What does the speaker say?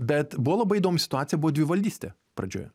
bet buvo labai įdomi situacija buvo dvivaldystė pradžioje